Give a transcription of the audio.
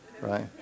right